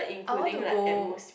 I want to go